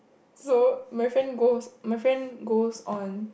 so my friend goes my friend goes on